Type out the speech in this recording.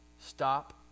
Stop